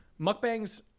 Mukbangs